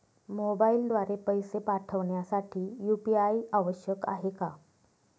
मोबाईलद्वारे पैसे पाठवण्यासाठी यू.पी.आय आवश्यक आहे का?